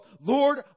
Lord